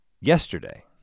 yesterday